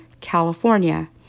California